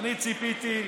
אני ציפיתי,